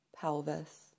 pelvis